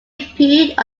appeared